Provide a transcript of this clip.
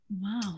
Wow